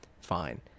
Fine